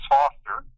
Foster